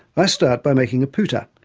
i start by making a pooter,